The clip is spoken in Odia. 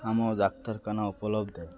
ଆମ ଡାକ୍ତରଖାନା ଉପଲବ୍ଧ